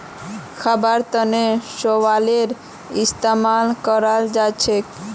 खाबार तनों शैवालेर इस्तेमाल कराल जाछेक